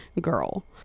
girl